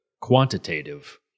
quantitative